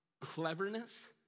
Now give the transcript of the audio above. cleverness